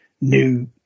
new